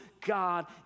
God